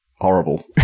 horrible